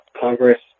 Congress